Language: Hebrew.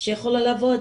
שיוכלו לעבוד